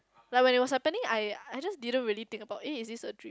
like when it was happening I I just didn't really think about eh is this a dream